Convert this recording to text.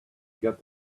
got